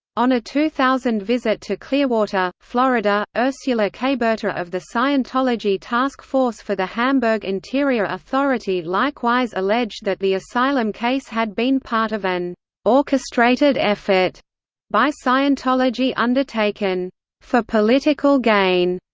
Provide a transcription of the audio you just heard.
on a two thousand visit to clearwater, florida, ursula caberta of the scientology task force for the hamburg interior authority likewise alleged that the asylum case had been part of an orchestrated effort by scientology undertaken for political gain,